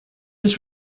was